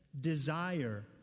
desire